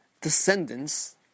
descendants